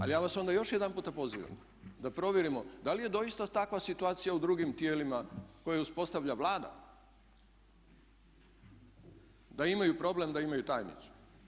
Ali ja vas onda još jedanput pozivam da provjerimo da li je doista takva situacija u drugim tijelima koje uspostavlja Vlada da imaju problem da imaju tajnicu.